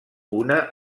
una